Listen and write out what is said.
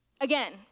Again